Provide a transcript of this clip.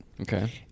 Okay